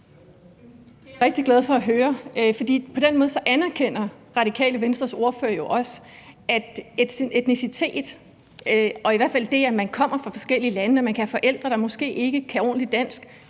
er jeg rigtig glad for at høre, for på den måde anerkender Radikale Venstres ordfører jo også, at etnicitet og i hvert fald det, at man kommer fra forskellige lande og kan have forældre, der måske ikke kan ordentligt dansk,